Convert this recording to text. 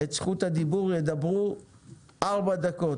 את זכות הדיבור ידברו ארבע דקות,